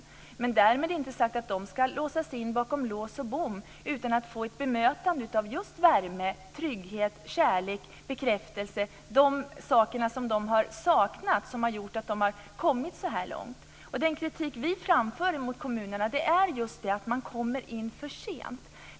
Därmed är dock inte sagt att de ska sättas bakom lås och bom utan att få ett bemötande med värme, trygghet, kärlek och bekräftelse. Det är avsaknaden av detta som har gjort att de har kommit så långt. Den kritik som vi framför mot kommunerna är att de kommer in för sent.